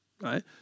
Right